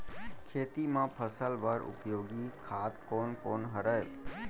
खेत म फसल बर उपयोगी खाद कोन कोन हरय?